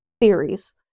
theories